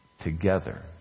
together